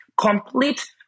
Complete